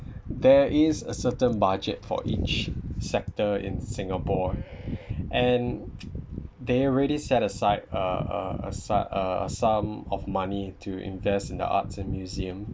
there is a certain budget for each sector in singapore and they already set aside a a a sum a sum of money to invest in the arts and museum